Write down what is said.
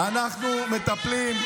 אנחנו מטפלים,